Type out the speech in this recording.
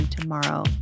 tomorrow